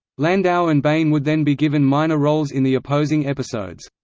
landau and bain would then be given minor roles in the opposing episodes.